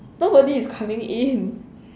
nobody is coming in